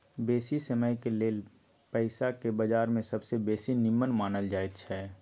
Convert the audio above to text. बेशी समयके लेल पइसाके बजार में सबसे बेशी निम्मन मानल जाइत हइ